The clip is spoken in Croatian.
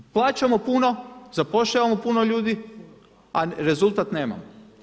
Plaćamo puno, zapošljavamo puno ljudi, a rezultat nemamo.